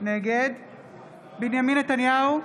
בנימין נתניהו,